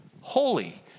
holy